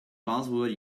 buzzword